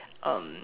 um